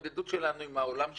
כי פעם עבדו עם זימוניות,